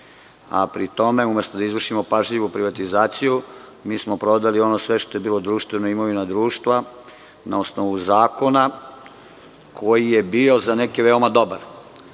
a pri tome, umesto da izvršimo pažljivo privatizaciju mi smo prodali ono sve što je bilo društveno, imovina društva, na osnovu zakona koji je bio za neke veoma dobar. Kada